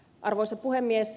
arvoisa puhemies